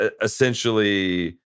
essentially